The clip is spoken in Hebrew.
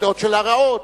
הדעות שלה רעות,